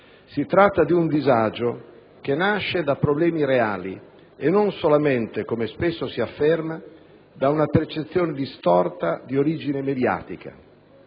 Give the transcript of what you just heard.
Si tratta di un disagio che nasce da problemi reali e non solamente, come spesso si afferma, da una percezione distorta di origine mediatica,